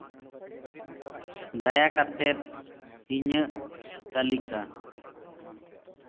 ᱫᱟᱭᱟ ᱠᱟᱛᱮᱜ ᱤᱧᱟᱹᱜ ᱛᱟᱹᱞᱤᱠᱟ